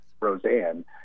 Roseanne